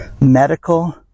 medical